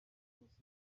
byose